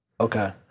Okay